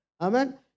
amen